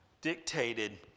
dictated